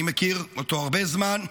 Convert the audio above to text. אני מכיר אותו הרבה זמן,